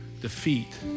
defeat